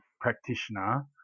practitioner